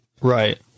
right